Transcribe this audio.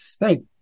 thank